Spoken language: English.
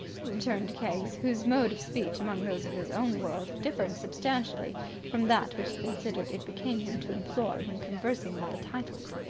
returned keggs, whose mode of speech among those of his own world differed substantially from that which he considered it became him to employ when conversing with the titled.